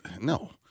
No